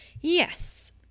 yes